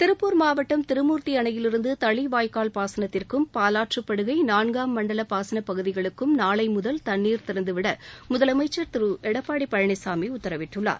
திருப்பூர் மாவட்டம் திருமூர்த்தி அணையிலிருந்து தளி வாய்க்கால் பாசனத்திற்கும் பாவாற்றப்படுகை நான்காம் மண்டல பாசனப்பகுதிகளுக்கும் நாளை முதல் தண்ணீர் திறந்துவிட முதலமைச்சர் திரு எடப்பாடி பழனிசாமி உத்தரவிட்டுள்ளார்